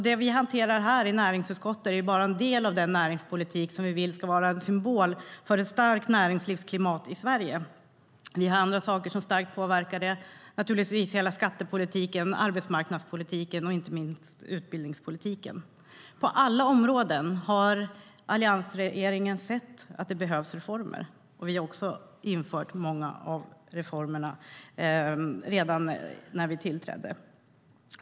Det vi hanterar i näringsutskottet är bara en del av den näringspolitik som vi vill ska vara en symbol för ett starkt näringslivsklimat i Sverige. Det finns andra saker som starkt påverkar, naturligtvis hela skattepolitiken, arbetsmarknadspolitiken och inte minst utbildningspolitiken. På alla områden har alliansregeringen sett att det behövs reformer, och vi införde också många av reformerna redan när vi tillträdde.